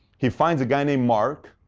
he finds a guy named mark,